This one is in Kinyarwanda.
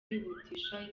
kwihutisha